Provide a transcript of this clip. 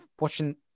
watching